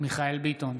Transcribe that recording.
מיכאל מרדכי ביטון,